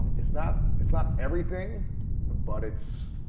it's not it's not everything but it's,